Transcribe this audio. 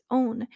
own